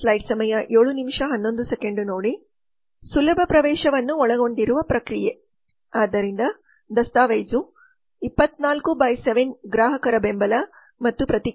ಸುಲಭ ಪ್ರವೇಶವನ್ನು ಒಳಗೊಂಡಿರುವ ಪ್ರಕ್ರಿಯೆ ಆದ್ದರಿಂದ ದಸ್ತಾವೇಜು 24 ರಿಂದ 7 ಗ್ರಾಹಕರ ಬೆಂಬಲ ಮತ್ತು ಪ್ರತಿಕ್ರಿಯೆ